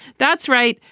that's right.